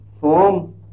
form